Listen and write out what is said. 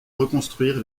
reconstruire